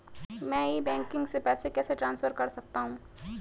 मैं e banking से पैसे कैसे ट्रांसफर कर सकता हूं?